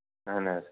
اَہَن حظ